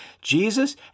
Jesus